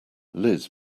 liz